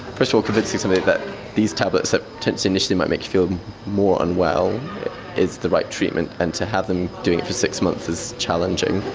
first of all convincing somebody that these tablets that tend to initially might make you feel more unwell is the right treatment and to have them doing it for six months is challenging.